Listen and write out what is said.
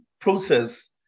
process